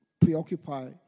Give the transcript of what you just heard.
preoccupy